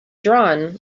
drawn